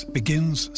begins